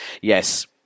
Yes